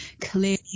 clearly